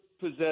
possess